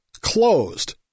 closed